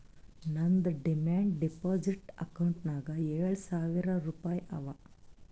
ನಂದ್ demand deposit ಅಕೌಂಟ್ನಾಗ್ ಏಳ್ ಸಾವಿರ್ ರುಪಾಯಿ ಅವಾ